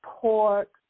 pork